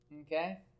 Okay